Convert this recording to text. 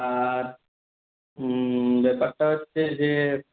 আর ব্যাপারটা হচ্ছে যে